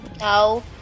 No